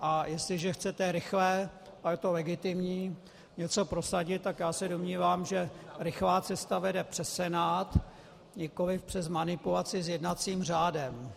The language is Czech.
A jestliže chcete rychle, a je to legitimní, něco prosadit, tak se domnívám, že rychlá cesta vede přes Senát, nikoli přes manipulaci s jednacím řádem.